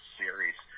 series